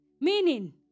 Meaning